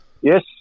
Yes